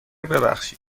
ببخشید